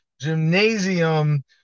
Gymnasium